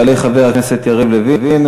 יעלה חבר הכנסת יריב לוין,